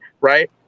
right